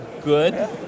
good